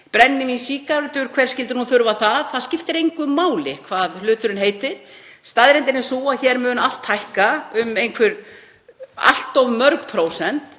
Brennivín, sígarettur, hver skyldi nú þurfa það? Það skiptir engu máli hvað hluturinn heitir, staðreyndin er sú að hér mun allt hækka um allt of mörg prósent.